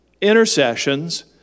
intercessions